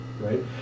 Right